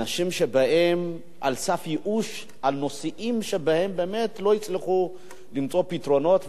אנשים שבאים לסף ייאוש על נושאים שבהם באמת לא הצליחו למצוא פתרונות,